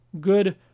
good